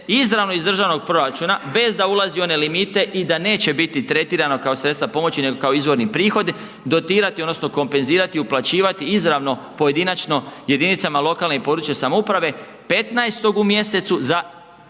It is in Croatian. izravno iz državnog proračuna bez da ulazi u one limite i da neće biti tretirano kao sredstva pomoći nego kao izvorni prihodi, dotirati odnosno kompenzirati uplaćivati izravno pojedinačno jedinicama lokalne i područne samouprave 15. u mjesecu za